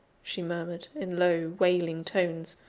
she murmured, in low, wailing tones,